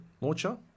launcher